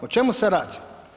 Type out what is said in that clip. O čemu se radi?